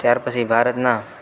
ત્યાર પછી ભારતના